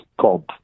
called